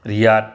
Riyadh